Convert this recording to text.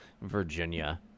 Virginia